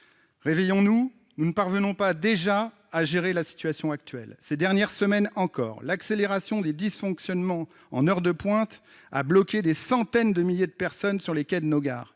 Réveillons-nous ! Nous ne parvenons déjà pas à gérer la situation actuelle. Ces dernières semaines, encore, l'accélération des dysfonctionnements au moment des heures de pointe a bloqué des centaines de milliers de personnes sur les quais de nos gares.